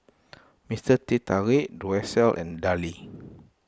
Mister Teh Tarik Duracell and Darlie